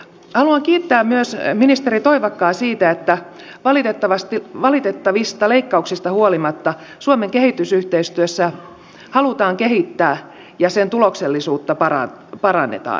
haluan kiittää myös ministeri toivakkaa siitä että valitettavista leikkauksista huolimatta suomen kehitysyhteistyötä halutaan kehittää ja sen tuloksellisuutta parannetaan